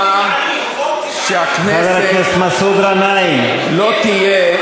כלומר שהכנסת לא תהיה,